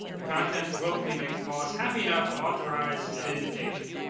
the contents will hopefully make the boss happy enough to authorize an invitation.